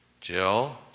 Jill